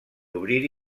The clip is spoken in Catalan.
obrir